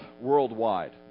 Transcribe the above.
worldwide